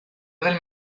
del